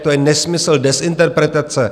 To je nesmysl, dezinterpretace.